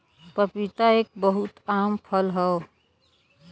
पपीता एक बहुत आम फल हौ